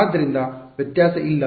ಆದ್ದರಿಂದ ವ್ಯತ್ಯಾಸವು ಇಲ್ಲ